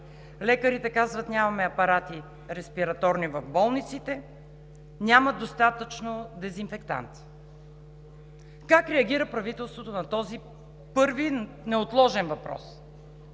Лекарите казват: „Нямаме респираторни апарати в болниците“, нямат достатъчно дезинфектанти. Как реагира правителството на този първи неотложен въпрос?